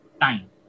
time